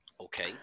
Okay